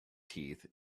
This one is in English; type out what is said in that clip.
teeth